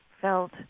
felt